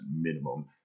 minimum